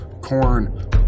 corn